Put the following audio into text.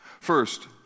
First